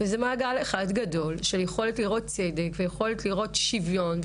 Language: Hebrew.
וזה מעגל אחד גדול של יכולת לראות צדק ויכולת לראות שוויון,